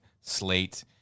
Slate